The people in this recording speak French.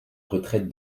retraite